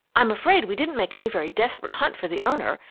i'm afraid we didn't make any very desperate hunt for the owner,